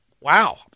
Wow